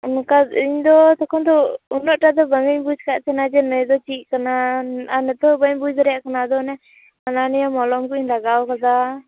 ᱚᱱᱠᱟ ᱤᱧᱫᱚ ᱛᱚᱠᱷᱚᱱ ᱫᱚ ᱩᱱᱟ ᱜ ᱴᱟᱜᱼᱫᱚ ᱵᱟᱝᱤᱧ ᱵᱩᱡᱷ ᱟᱠᱟᱫ ᱛᱟᱦᱮᱱᱟ ᱡᱮ ᱱᱚᱣᱟᱫᱚ ᱪᱮᱫᱠᱟᱱᱟ ᱟᱨ ᱱᱤᱛᱚᱜ ᱵᱟ ᱧ ᱵᱩᱡ ᱫᱟᱲᱮᱭᱟᱜ ᱠᱟᱱᱟ ᱟᱫᱚ ᱚᱱᱮ ᱦᱟᱱᱟ ᱱᱤᱭᱟᱸ ᱢᱚᱞᱚᱢ ᱠᱩᱧ ᱞᱟᱜᱟᱣ ᱟᱠᱟᱫᱟ